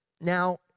Now